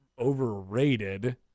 overrated